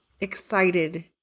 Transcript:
excited